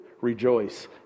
rejoice